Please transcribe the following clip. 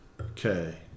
Okay